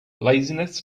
laziness